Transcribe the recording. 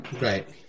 Right